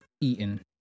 eaten